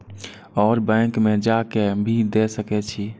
और बैंक में जा के भी दे सके छी?